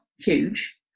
huge